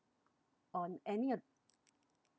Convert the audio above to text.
on any uh